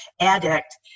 addict